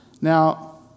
Now